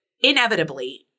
inevitably